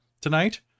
tonight